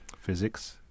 physics